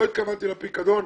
לא התכוונתי לפיקדון,